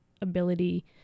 ability